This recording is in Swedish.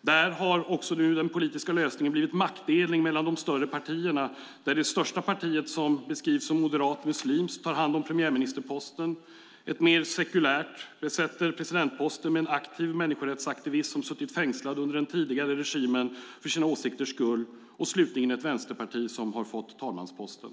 Där har den politiska lösningen blivit maktdelning mellan de större partierna där det största partiet, som beskrivs som moderat muslimskt, tar hand om premiärministerposten. Ett mer sekulärt parti besätter presidentposten med en aktiv människorättsaktivist som har suttit fängslad under den tidigare regimen för sina åsikters skull. Slutligen finns där ett vänsterparti som har fått talmansposten.